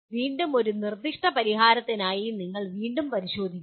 വീണ്ടും ഒരു നിർദ്ദിഷ്ട പരിഹാരത്തിനായി നിങ്ങൾ വീണ്ടും പരിശോധിക്കുന്നു